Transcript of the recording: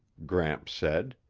gramps said.